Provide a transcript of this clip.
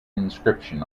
inscription